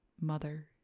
mother